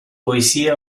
poesie